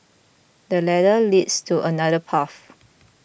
the ladder leads to another path